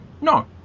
No